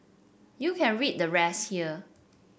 you can read the rest here